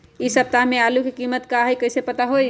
इ सप्ताह में आलू के कीमत का है कईसे पता होई?